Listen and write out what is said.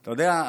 אתה יודע,